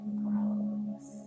grows